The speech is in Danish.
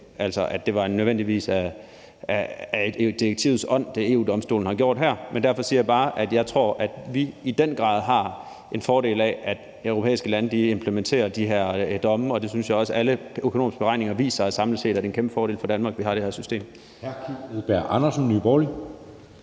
EU-Domstolen har gjort her, er i direktivets ånd, men derfor siger jeg bare, at jeg tror, at vi i den grad har en fordel af, at europæiske lande implementerer de her domme, og jeg synes også, at alle økonomiske beregninger viser, at det samlet set er en kæmpe fordel for Danmark, at vi har det her system.